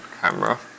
camera